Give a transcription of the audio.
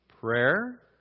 Prayer